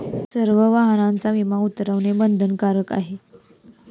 सर्व वाहनांचा विमा उतरवणे बंधनकारक आहे